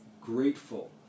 grateful